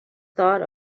thought